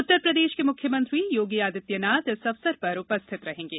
उत्तरप्रदेश के मुख्यमंत्री योगी आदित्यनाथ इस अवसर पर उपस्थित रहेंगे